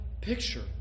picture